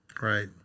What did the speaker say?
right